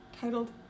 titled